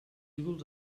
ídols